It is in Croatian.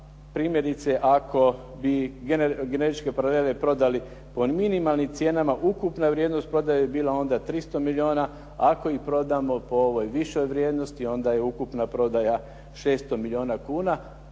primjerice ako bi generičke paralele prodali po minimalnim cijenama, ukupna vrijednost prodaje bi bila onda 300 milijuna, ako ih prodamo po ovoj višoj vrijednosti, onda je ukupna prodaja 600 milijuna kuna,